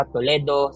Toledo